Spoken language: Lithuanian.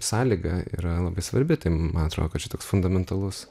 sąlyga yra labai svarbi tai man atrodo kad čia toks fundamentalus